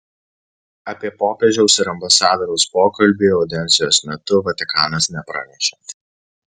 apie popiežiaus ir ambasadoriaus pokalbį audiencijos metu vatikanas nepranešė